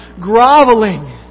groveling